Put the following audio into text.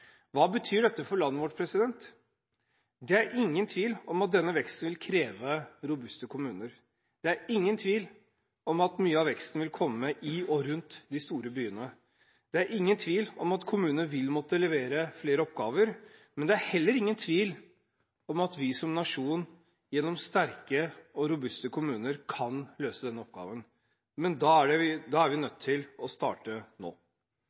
Hva betyr dette for landet vårt? Det er ingen tvil om at denne veksten vil kreve robuste kommuner, det er ingen tvil om at mye av veksten vil komme i og rundt de store byene, det er ingen tvil om at kommuner vil måtte levere flere oppgaver – men det er heller ingen tvil om at vi som nasjon, gjennom sterke og robuste kommuner, kan løse denne oppgaven. Men da er vi nødt til å starte nå.